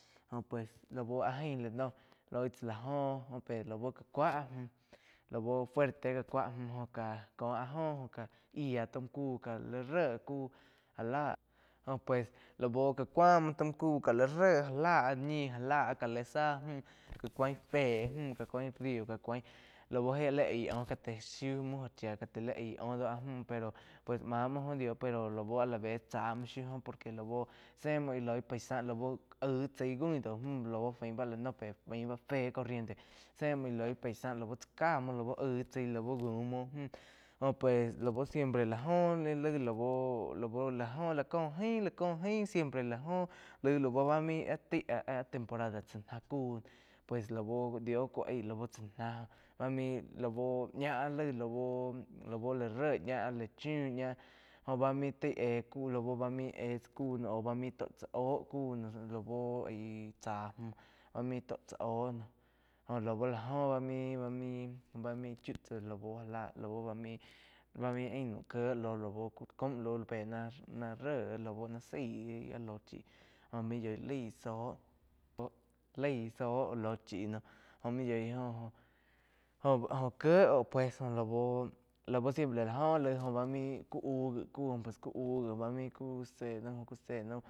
Joh pues áh jaín la noh loig tzá la jo lau já cúa múh lau fuerte já kuá múh ká ko áh oh gá yía taum kuh gá la réh kuh já láh joh pues lau kua muo taum ku la réh já la ñih já láh já la záh múh ká cuin fé múh rio gá kuain oh héh li aig oh ka te shiu muo óh chía ka tai li aí óh do pero pues máh muo óh dio pero lau a la vez chá muo shiu óh que lau zé muo íh loi pues laug aig tzaí ngui dau múh lau faín bá la noh pe fái báh fé corriente íh loi paisa lau chá ka muo lau aig tzaí lau ngi muo óh pues lau siempre joh li laig lau la joh la có jain siempre la joh lau bá main áh tai áh-áh temporada chá nah kuh pues lau dio kuo aij lau chá nah main lau ñia lau-lau la réh ñáh. Jo bá main tai éh ku lau bá main éh tsá ku au ba main tó tzá oh lau aí chá múh bá main tó chá óh jo lau la joh bá main-bá main chiu tá lau já la lau bá main, bá main an nau qie loh cuam lo pe ná-ná ré loh zaí gi áh ló chi jo maih yoi lai zó lai zó lo chi jo muo yoih jo. Joh quie oh jo lau, lau siempre la jo laig maí kuh úh gi kuh jo pues ku uh gi bá main ku ze nuam, ku ze naum.